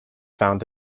found